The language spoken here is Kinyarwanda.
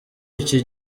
iki